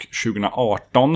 2018